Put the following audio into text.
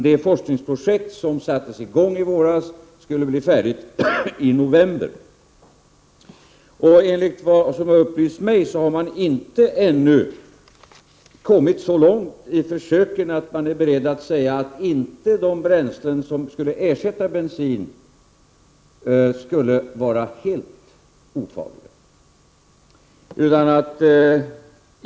Det forskningsprojekt som sattes i gång i våras skulle bli färdigt i november. Enligt vad som har upplysts mig har man inte ännu kommit så långt i försöken att man är beredd att säga att de bränslen som skulle ersätta bensin skulle vara helt ofarliga.